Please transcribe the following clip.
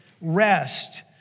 rest